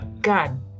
God